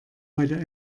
heute